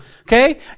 okay